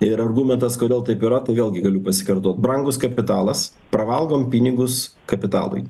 ir argumentas kodėl taip yra tai vėlgi galiu pasikartot brangus kapitalas pravalgom pinigus kapitalui